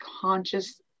conscious